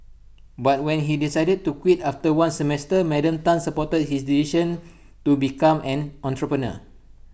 but when he decided to quit after one semester Madam Tan supported his decision to become an entrepreneur